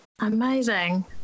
Amazing